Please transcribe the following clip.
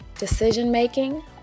decision-making